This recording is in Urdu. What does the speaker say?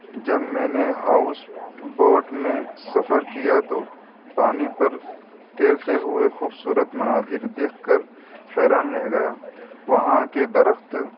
جب میں نے ہاؤس بوٹ میں سفر کیا تو پانی پر تیرتے ہوئے خوبصورت مناظر دیکھ کر حیران رہ گیا وہاں کے درخت